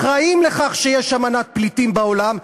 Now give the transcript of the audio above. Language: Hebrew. אחראים לכך שיש אמנת פליטים בעולם,